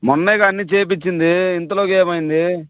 మొన్నేగా అన్నీ చేయించింది ఇంతలోగా ఏమైంది